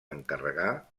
encarregar